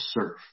serve